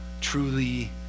truly